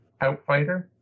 outfighter